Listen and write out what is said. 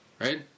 Right